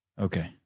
Okay